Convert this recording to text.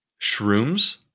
Shrooms